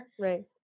Right